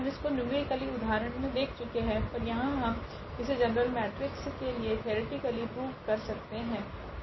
हम इसको न्यूमेरिकल उदाहरण मे देख चुके है पर यहाँ हम इसे जनरल मेट्रिक्स के लिए थेओरेटिकली प्रूव कर सकते है